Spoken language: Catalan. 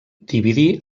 dividí